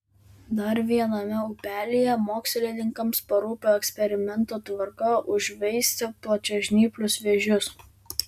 dar viename upelyje mokslininkams parūpo eksperimento tvarka užveisti plačiažnyplius vėžius